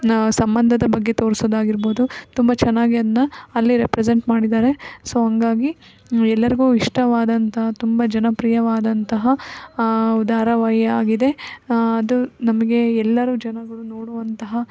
ನ ಸಂಬಂಧದ ಬಗ್ಗೆ ತೋರಿಸೋದಾಗಿರ್ಬೋದು ತುಂಬ ಚೆನ್ನಾಗಿ ಅದನ್ನ ಅಲ್ಲಿ ರೆಪ್ರೆಸೆಂಟ್ ಮಾಡಿದ್ದಾರೆ ಸೊ ಹಂಗಾಗಿ ಎಲ್ಲರಿಗೂ ಇಷ್ಟವಾದಂಥ ತುಂಬ ಜನಪ್ರಿಯವಾದಂತಹ ಧಾರಾವಾಹಿಯಾಗಿದೆ ಅದು ನಮಗೆ ಎಲ್ಲರೂ ಜನಗಳು ನೋಡುವಂತಹ